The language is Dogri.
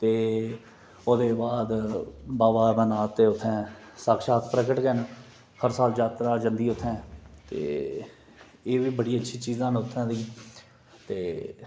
ते ओह्दे बाद बाबा अमरनाथ उत्थै साक्षात प्रकट गै हैन उत्थै हर साल यात्रा जंदी ऐ उत्थै ते एह् बी बड़ी अच्छी चीज़ा ना उत्थूं दी ते